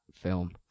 film